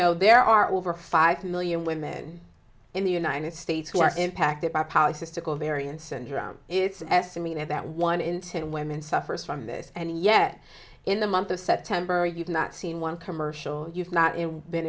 know there are over five million women in the united states who are impacted by polycystic ovarian syndrome it's estimated that one in ten women suffers from this and yet in the month of september you've not seen one commercial you've not in been